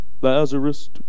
Lazarus